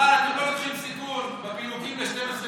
אבל אתם לא לוקחים סיכון בפינוקים ל-12 ו-13,